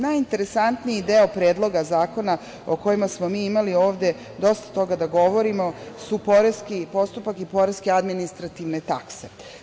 Najinteresantniji deo predloga zakona o kojima smo mi imali ovde dosta toga da govorimo su poreski postupak i poreske administrativne takse.